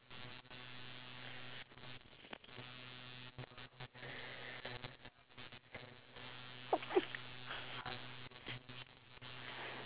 nowadays there's a lot of construction and within the construction itself we need to include ramps for people who are wheelchair bound